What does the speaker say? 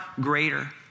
greater